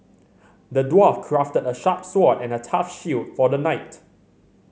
the dwarf crafted a sharp sword and a tough shield for the knight